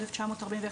1941,